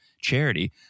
charity